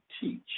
teach